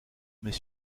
mais